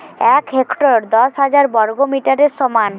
এক হেক্টর দশ হাজার বর্গমিটারের সমান